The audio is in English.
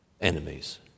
enemies